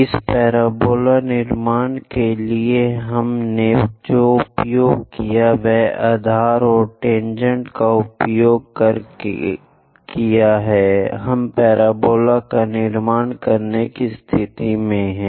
इस पैराबोला निर्माण के लिए हमने जो उपयोग किया है वह आधार और टेनजेंट का उपयोग करके है हम पैराबोला के निर्माण की स्थिति में हैं